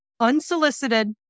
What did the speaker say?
unsolicited